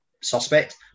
suspect